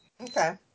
Okay